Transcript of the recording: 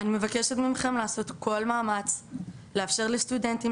אני מבקשת ממכם לעשות כל מאמץ לאפשר לסטודנטים